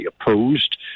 opposed